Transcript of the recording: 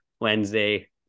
Wednesday